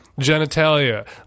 genitalia